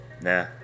Nah